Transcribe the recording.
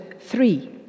three